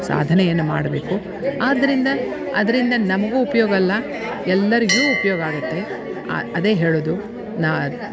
ಸಾಧನೆಯನ್ನು ಮಾಡಬೇಕು ಆದ್ದರಿಂದ ಅದರಿಂದ ನಮಗೂ ಉಪಯೋಗ ಅಲ್ಲ ಎಲ್ಲರಿಗೂ ಉಪಯೋಗ ಆಗುತ್ತೆ ಅದೇ ಹೇಳುವುದು ನಾ